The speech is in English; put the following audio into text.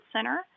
Center